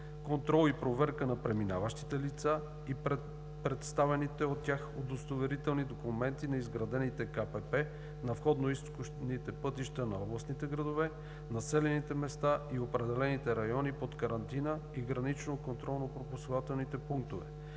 контрол и проверка на преминаващите лица и представените от тях удостоверителни документи на изградените КПП на входно-изходните пътища на областните градове, населените места и определените райони под карантина, и гранично-контролно пропускателните пунктове;